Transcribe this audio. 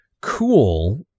cool